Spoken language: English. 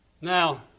Now